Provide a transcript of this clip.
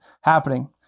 happening